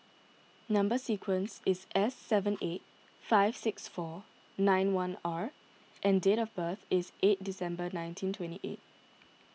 Number Sequence is S seven eight five six four nine one R and date of birth is eight December nineteen twenty eight